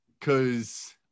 cause